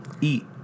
eat